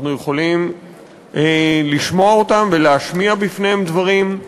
אנחנו יכולים לשמוע אותם ולהשמיע בפניהם דברים.